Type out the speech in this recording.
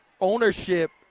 ownership